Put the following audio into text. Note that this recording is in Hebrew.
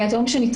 אתה אומר שנתרגל?